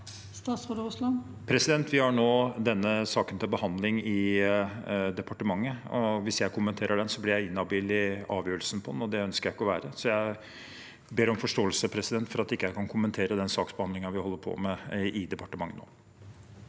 Statsråd Terje Aasland Vi har nå denne saken til behandling i departementet. Hvis jeg kommenterer den, blir jeg inhabil i avgjørelsen, og det ønsker jeg ikke å være. Jeg ber om forståelse for at jeg ikke kan kommentere den saksbehandlingen vi holder på med i departementet.